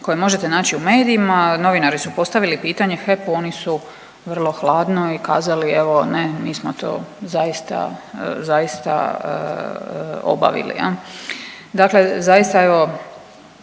koji možete naći u medijima novinari su postavili pitanje HEP-u, oni su vrlo hladno i kazali evo ne, mi smo to zaista obavili. Dakle, zaista evo